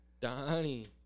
Donnie